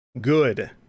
Good